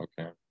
Okay